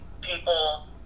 people